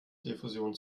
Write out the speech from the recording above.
diffusion